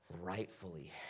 rightfully